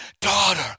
Daughter